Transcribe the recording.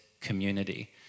community